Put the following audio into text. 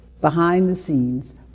behind-the-scenes